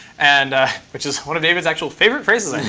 and which is one of david's actual favorite phrases, i